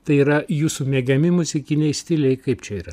tai yra jūsų mėgiami muzikiniai stiliai kaip čia yra